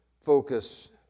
focus